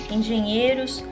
Engenheiros